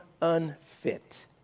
unfit